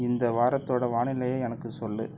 இந்த வாரத்தோட வானிலையை எனக்கு சொல்